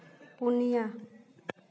ᱯᱩᱱᱭᱟ